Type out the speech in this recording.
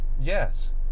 Yes